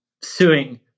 suing